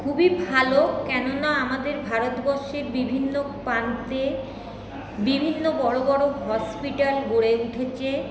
খুবই ভালো কেননা আমাদের ভারতবর্ষে বিভিন্ন প্রান্তে বিভিন্ন বড়ো বড়ো হসপিটাল গড়ে উঠেছে